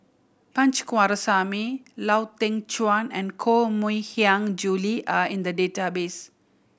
Punch Coomaraswamy Lau Teng Chuan and Koh Mui Hiang Julie are in the database